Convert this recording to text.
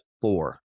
four